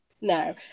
no